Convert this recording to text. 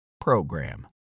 PROGRAM